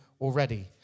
already